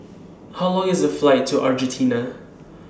How Long IS The Flight to Argentina